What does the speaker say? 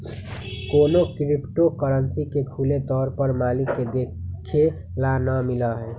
कौनो crypto currency के खुले तौर पर मालिक के देखे ला ना मिला हई